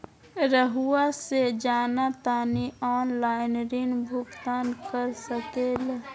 रहुआ से जाना तानी ऑनलाइन ऋण भुगतान कर सके ला?